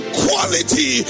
quality